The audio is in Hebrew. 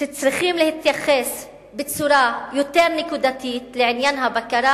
שצריכים להתייחס בצורה יותר נקודתית לעניין הבקרה